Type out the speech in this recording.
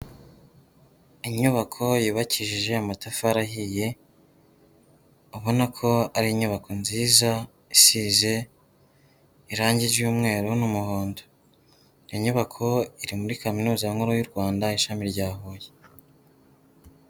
Inyubako yubakishije amatafari ahiye, ubona ko ari inyubako nziza isize irange ry'umweru n'umuhondo. Iyo nyubako iri muri kaminuza nkuru y'u Rwanda ishami rya Huye.